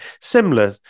similar